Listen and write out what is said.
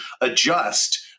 adjust